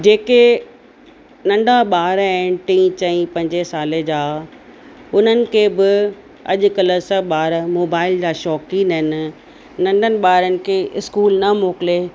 जेके नंढा ॿार आहिनि टी चईं पंजे साले जा उन्हनि खे बि अॼु कल्ह सभु ॿार मोबाइल जा शौक़ीन आहिनि नंढनि ॿारनि खे स्कूल न मोकिले